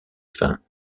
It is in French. fins